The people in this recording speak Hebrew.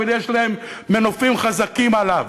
אבל יש להם מנופים חזקים עליו,